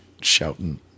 shouting